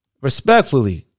respectfully